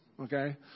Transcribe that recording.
Okay